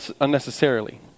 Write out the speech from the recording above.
unnecessarily